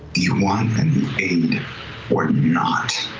do you want an aid or not?